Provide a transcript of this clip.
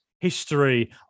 history